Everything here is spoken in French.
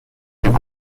hugo